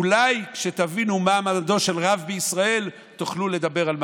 אולי כשתבינו מה מעמדו של רב בישראל תוכלו לדבר על מעמדות.